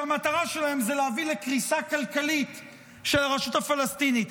שהמטרה שלהן זה להביא לקריסה כלכלית של הרשות הפלסטינית.